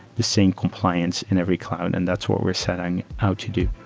the same compliance in every cloud, and that's what we're setting out to do.